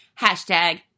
hashtag